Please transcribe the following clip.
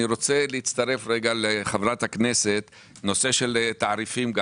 אני רוצה להצטרף לחברת הכנסת גם בנושא התעריפים,